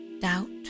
doubt